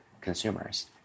consumers